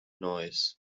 noise